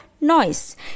Noise